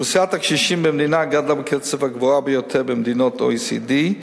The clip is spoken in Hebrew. אוכלוסיית הקשישים במדינה גדלה בקצב הגבוה ביותר במדינות ה-OECD,